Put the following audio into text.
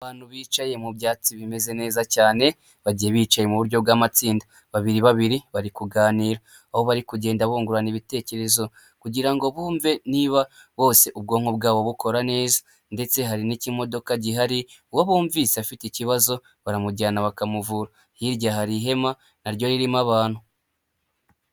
Abantu bicaye mu byatsi bimeze neza cyane bagiye bicaye mu buryo bw'amatsinda. Babiri babiri bari kuganira aho bari kugenda bungurana ibitekerezo kugira ngo bumve niba bose ubwonko bwabo bukora neza ndetse hari n'ikimodoka gihari uwo bumvise afite ikibazo baramujyana bakamuvura. Hirya hari ihema naryo ririmo abantu.